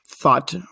thought